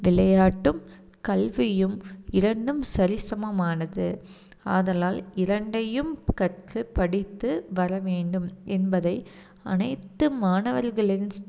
விளையாட்டும் கல்வியும் இரண்டும் சரிசமமானது ஆதலால் இரண்டையும் கற்று படித்து வர வேண்டும் என்பதை அனைத்து மாணவர்களின்